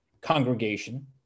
congregation